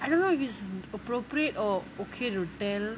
I don't know if it's appropriate or okay to tell